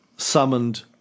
summoned